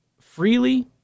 freely